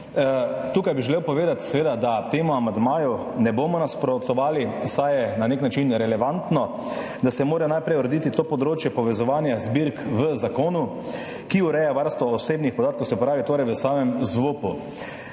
Tukaj bi želel povedati, da temu amandmaju ne bomo nasprotovali, saj je na nek način relevantno, da se mora najprej urediti to področje povezovanja zbirk v zakonu, ki ureja varstvo osebnih podatkov, se pravi v samem ZVOP.